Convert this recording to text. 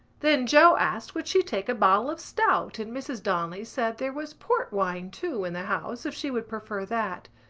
then joe asked would she take a bottle of stout and mrs. donnelly said there was port wine too in the house if she would prefer that.